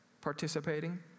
participating